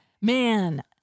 Man